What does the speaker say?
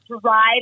drive